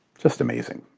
just amazing,